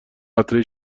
قطرهای